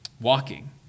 walking